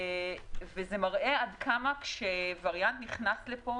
וזה מראה עד כמה כשוויריאנט נכנס לפה,